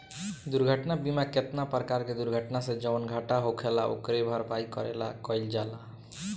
दुर्घटना बीमा केतना परकार के दुर्घटना से जवन घाटा होखेल ओकरे भरपाई करे ला कइल जाला